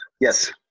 yes